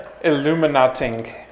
Illuminating